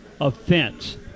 offense